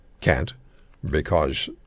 can't—because